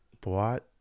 bought